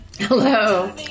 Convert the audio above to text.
Hello